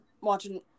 watching